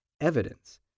evidence